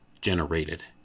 generated